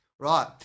Right